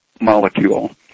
molecule